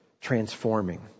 transforming